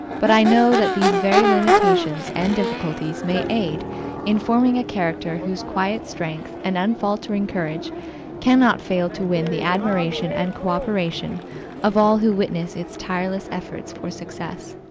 but i know that these very limitations and difficulties may aid in forming a character whose quiet strength and unfaltering courage can not fail to win the admiration and co-operation of all who witness its tireless efforts for success.